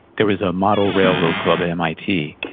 there was a model railroad club at mit,